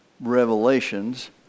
revelations